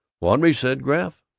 want me? said graff.